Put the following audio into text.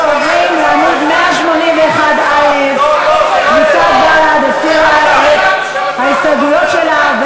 אנחנו עוברים לעמוד 181א. קבוצת בל"ד הסירה את ההסתייגויות שלה,